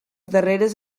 darreres